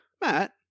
Matt